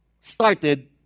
started